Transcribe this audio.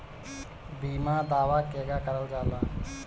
बीमा दावा केगा करल जाला?